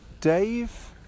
Dave